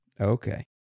Okay